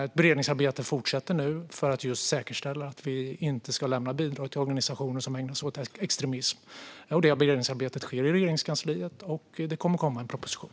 Ett beredningsarbete fortsätter nu för att säkerställa att vi inte ska lämna bidrag till organisationer som ägnar sig åt extremism. Detta arbete sker i Regeringskansliet, och det kommer att komma en proposition.